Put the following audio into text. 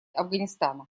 афганистана